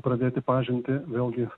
pradėti pažintį vėlgi